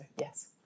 yes